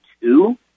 two